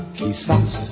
quizás